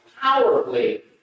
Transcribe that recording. powerfully